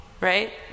right